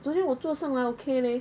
昨天我坐上来 okay leh